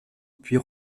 puis